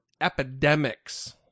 epidemics